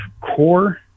core